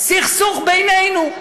סכסוך בינינו.